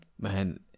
man